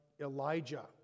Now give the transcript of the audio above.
Elijah